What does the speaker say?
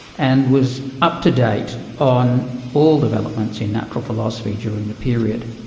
and was up to date on all developments in natural philosophy during the period.